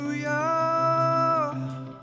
hallelujah